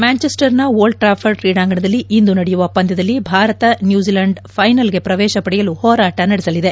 ಮ್ಯಾಂಚೆಸ್ಟರ್ನ old Trafford ಕ್ರೀಡಾಂಗಣದಲ್ಲಿ ಇಂದು ನಡೆಯುವ ಪಂದ್ಯದಲ್ಲಿ ಭಾರತ ನ್ಯೂಜಿಲೆಂಡ್ ಫೈನಲ್ಗೆ ಪ್ರವೇಶ ಪಡೆಯಲು ಹೋರಾಟ ನಡೆಸಲಿದೆ